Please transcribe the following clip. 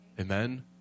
Amen